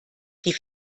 die